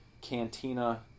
cantina